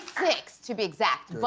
six, to be exact.